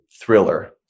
thriller